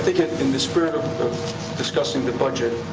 think in the spirit of discussing the budget,